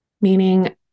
Meaning